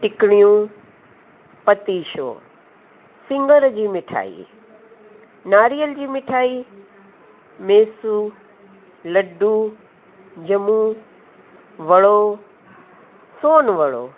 टिकणियूं पतीशो सिङर जी मिठाई नारेल जी मिठाई मेसू लॾूं ॼमूं वड़ो सोन वड़ो